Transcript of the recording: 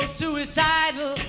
suicidal